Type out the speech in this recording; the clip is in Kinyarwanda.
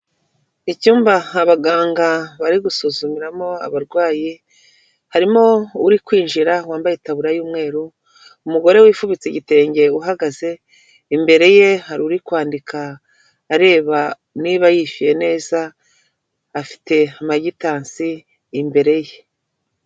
Icyumba abaganga bari gusuzumiramo abarwayi, harimo uri kwinjira wambaye itaburiya y'umweru umugore wifubitse igitenge uhagaze imbere ye ,hari uri kwandika areba niba yishyuye neza afite amagitansi imbere ye.